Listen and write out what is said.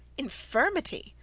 infirmity!